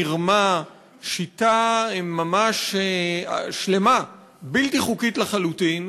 מרמה, שיטה שלמה, בלתי חוקית לחלוטין,